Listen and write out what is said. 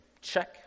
check